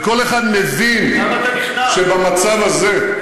וכל אחד מבין שבמצב הזה,